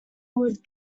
would